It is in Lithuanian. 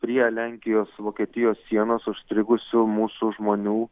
prie lenkijos vokietijos sienos užstrigusių mūsų žmonių